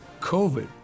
COVID